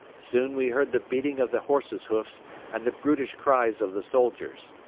soon we heard the beating of the horses' hoofs and the brutish cries of the soldiers.